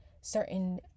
certain